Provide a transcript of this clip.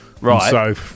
right